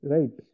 Right